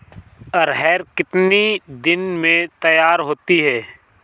अरहर कितनी दिन में तैयार होती है?